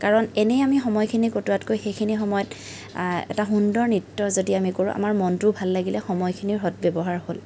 কাৰণ এনেই আমি সময়খিনি কটোৱাতকৈ সেইখিনি সময়ত এটা সুন্দৰ নৃত্য যদি আমি কৰোঁ আমাৰ মনটোও ভাল লাগিলে সময়খিনিৰ সদব্য়ৱহাৰ হ'ল